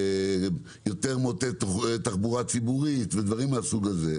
יותר מוטה תחבורה ציבורית ודברים מהסוג הזה,